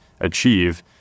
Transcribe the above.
achieve